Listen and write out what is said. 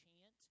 chant